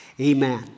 Amen